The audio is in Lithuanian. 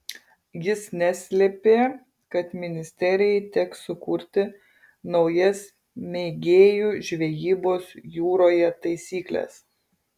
jis neslėpė kad ministerjai teks sukurti naujas mėgėjų žvejybos jūroje taisykles